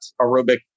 aerobic